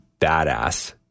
badass